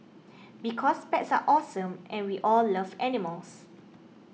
because pets are awesome and we all love animals